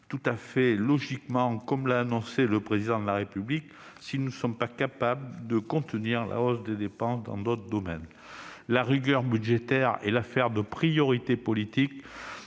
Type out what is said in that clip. pour les jeunes, comme l'a annoncé le Président de la République, si nous ne sommes pas capables de contenir la hausse des dépenses dans d'autres domaines ? La rigueur budgétaire est d'abord affaire de priorités politiques.